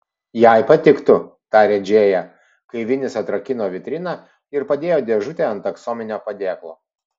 jai patiktų tarė džėja kai vinis atrakino vitriną ir padėjo dėžutę ant aksominio padėklo